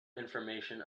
information